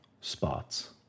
spots